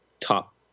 top